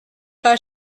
pas